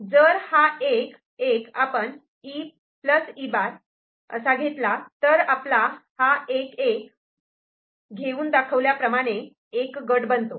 जर हा 1 1 आपण E E' आता घेतला तर आपला हा 1 1 घेऊन दाखवल्याप्रमाणे एक गट बनतो